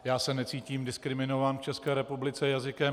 Já se necítím diskriminován v České republice jazykem.